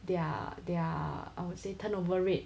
their their I would say turnover rate